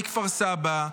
מכפר סבא,